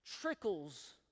trickles